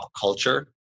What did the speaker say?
culture